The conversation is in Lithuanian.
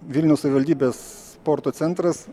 vilniaus savivaldybės sporto centras